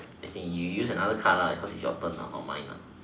as in you you use another card lah cause is your turn ah not mine ah